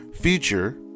feature